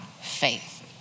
faith